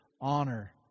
Honor